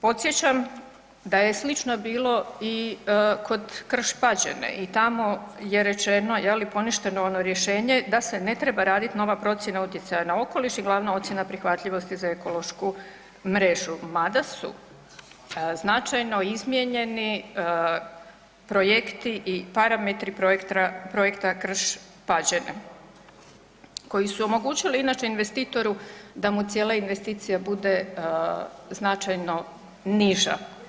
Podsjećam da je slično bilo i kod Krš-Pađene i tamo je rečeno jel i poništeno ono rješenje da se ne treba radit nova procjena utjecaja na okoliš i glavna ocjena prihvatljivosti za ekološku mrežu mada su značajno izmijenjeni projekti i parametri projekta Krš-Pađane koji su omogućili inače investitoru da mu cijela investicija bude značajno niža.